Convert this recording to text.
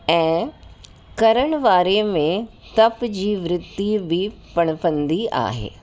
ऐं करण वारे में तप जी वृद्धी बि पणपंदी आहे